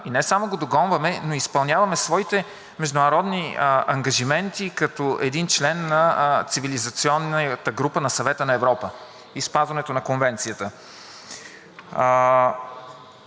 и не само го догонваме, но изпълняваме своите международни ангажименти като един член на цивилизационната група на Съвета на Европа и спазването на Конвенцията.